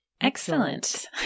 Excellent